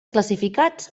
classificats